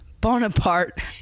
Bonaparte